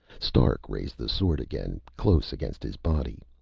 stark raised the sword again, close against his body.